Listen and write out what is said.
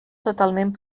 totalment